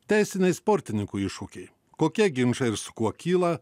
teisiniai sportininkų iššūkiai kokie ginčai ir su kuo kyla